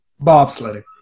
Bobsledding